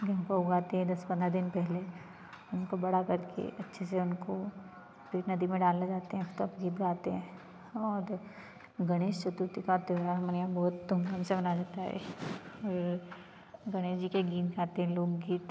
गेहूँ को उगाते हैं दस पंद्रह दिन पहले उनको बड़ा करके अच्छे से उनको फिर नदी में डालने जाते हैं तब गीत गाते हैं और गणेश चतुर्थी का त्यौहार हमारे यहाँ बहुत धूमधाम से मनाया जाता है और गणेश जी के गीत गाते हैं लोकगीत